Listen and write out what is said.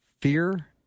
fear